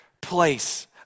place